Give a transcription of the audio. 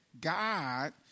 God